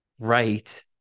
right